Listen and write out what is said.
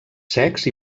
secs